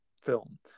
film